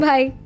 Bye